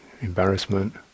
embarrassment